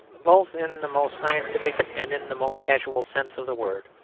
both in the most scientific and in the most casual sense of the word,